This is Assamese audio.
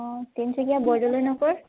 অঁ তিনিচুকীয়া বৰদলৈ নগৰ